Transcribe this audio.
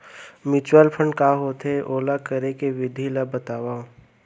mutual fund का होथे, ओला करे के विधि ला बतावव